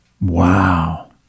wow